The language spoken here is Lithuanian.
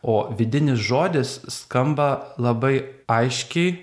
o vidinis žodis skamba labai aiškiai